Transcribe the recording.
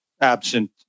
absent